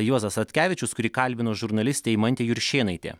juozas statkevičius kurį kalbino žurnalistė eimantė juršėnaitė